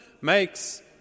makes